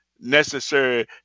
necessary